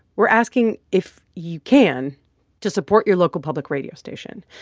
we're asking if you can to support your local public radio station.